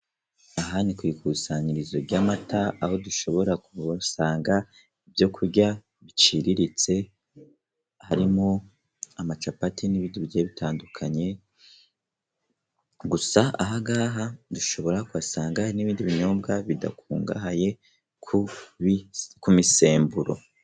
Aha ni ku ikusanyirizo ry'amata aho dushobora gusanga ibyo kurya biciriritse harimo amacapati n'ibindi bigiye bitandukanye, gusa aha ngaha dushobora kuhasanga n'ibindi binyobwa bidakungahaye ku misemburo.